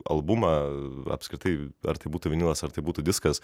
albumą apskritai ar tai būtų vinylas ar tai būtų diskas